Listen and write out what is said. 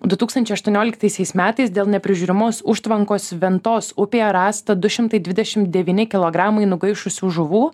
du tūkstančiai aštuonioliktaisiais metais dėl neprižiūrimos užtvankos ventos upėje rasta du šimtai dvidešim devyni kilogramai nugaišusių žuvų